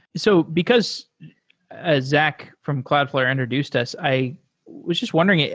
so because ah zach from cloudflare introduced us, i was just wondering,